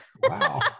Wow